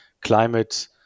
climate